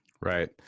Right